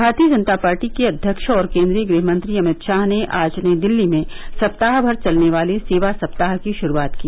भारतीय जनता पार्टी के अध्यक्ष और केन्द्रीय गृह मंत्री अमित शाह ने आज नई दिल्ली में सप्ताह भर चलने वाले सेवा सप्ताह की शुरूआत की